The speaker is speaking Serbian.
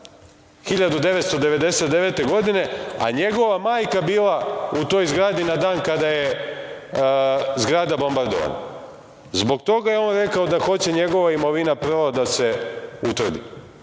1999. godine, a njegova majka bila u toj zgradi na dan kada je zgrada bombardovana. Zbog toga je on rekao da hoće njegova imovina prva da se utvrdi,